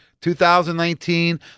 2019